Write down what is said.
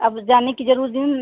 अब जाने की ज़रूर दिन